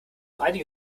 einige